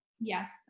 Yes